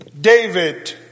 David